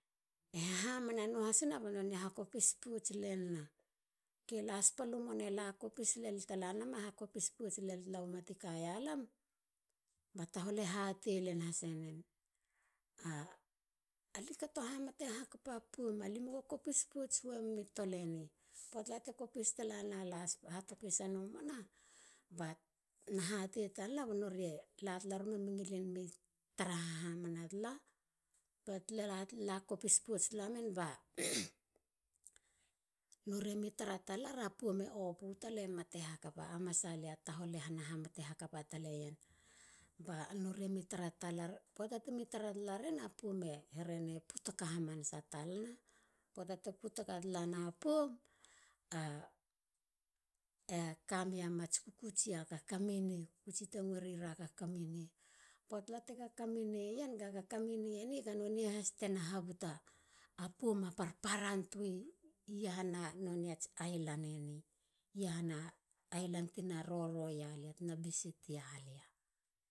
E haha mana noahasina ba nonei te hakopis lenina. O. K. las palu mona kopis len tala nama. la kopis len ma ti kaia lam ba tahol e hatei len hasenen. Alie kato hamate hakapa poum. limio go kopi pouts wam mi toloni. poata tala te kopis pouts lala hatopisanu mona ba na hatei tala ba nori mi ngilin mi tara hamana tala. ba te kopis pouts talama. mi tara poum e opu tala. mate hakapa a masale. tahol e hana mate hakapa taleien ba nori mi tara talar. poata temi tara tala ien a poum e herei e putaka hakapa tala. poata te putaka talana poum. eka mea man kukutsi mats topo(kakamine)tala. Poata te kakamine ien. nonei tala kakamine ni te habutu ha parpara poum tara nonei island tina roro ia lia. tina visit ia lia.